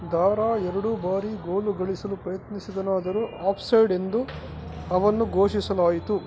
ದಾರಾ ಎರಡು ಬಾರಿ ಗೊಲು ಗಳಿಸಲು ಪ್ರಯತ್ನಿಸಿದನಾದರೂ ಆಫ್ ಸೈಡ್ ಎಂದು ಅವನ್ನು ಘೋಷಿಸಲಾಯಿತು